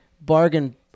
bargain